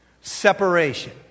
Separation